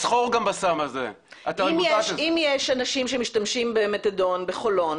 אם יש אנשים שמשתמשים במתדון בחולון,